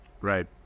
right